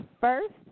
first